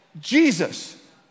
Jesus